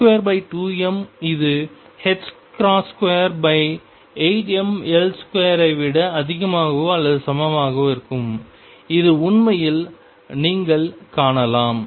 p22m இது 28mL2 ஐ விட அதிகமாகவோ அல்லது சமமாகவோ இருக்கும் இது உண்மையில் நீங்கள் காணலாம்